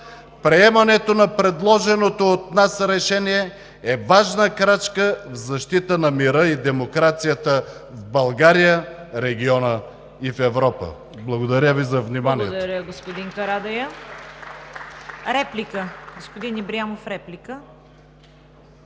Приемането на предложеното от нас решение е важна крачка в защита на мира и демокрацията в България, региона и в Европа. Благодаря Ви за вниманието.